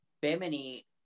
Bimini